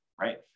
right